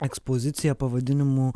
ekspozicija pavadinimu